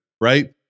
right